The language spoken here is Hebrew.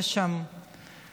יש שם ירי,